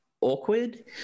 awkward